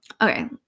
Okay